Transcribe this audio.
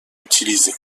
utilisé